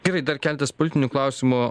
gerai dar keletas politinių klausimų